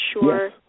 sure